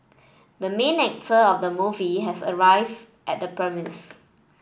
the main actor of the movie has arrive at the